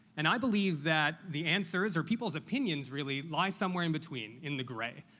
and i believe that the answers, or people's opinions, really, lie somewhere in between, in the gray.